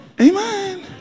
Amen